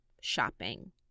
shopping